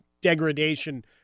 degradation